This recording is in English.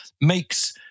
makes